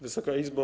Wysoka Izbo!